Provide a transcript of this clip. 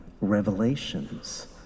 revelations